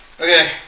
okay